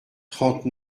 trente